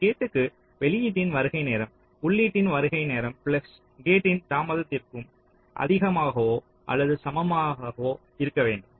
ஒரு கேட்க்கு வெளியீட்டின் வருகை நேரம் உள்ளீட்டின் வருகை நேரம் பிளஸ் கேட்டின் தாமதத்திற்கும் அதிகமாகவோ அல்லது சமமாகவோ இருக்க வேண்டும்